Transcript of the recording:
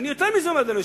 אדוני היושב-ראש,